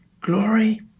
Glory